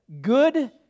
Good